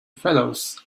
fellows